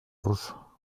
ruso